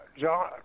John